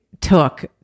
took